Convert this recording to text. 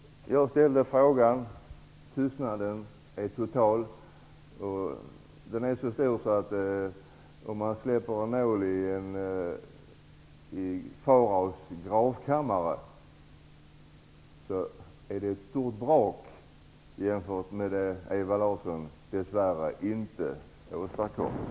Jag ställde en fråga. Tystnaden är total. En nål som man släpper i Faraos gravkammare är ett stort brak i jämförelse med det svar som Ewa Larsson dess värre inte åstadkommer.